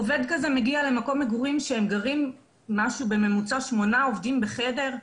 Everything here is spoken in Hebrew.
עובד כזה מגיע למקום מגורים שהם גרים משהו בממוצע שמונה עובדים בחדר,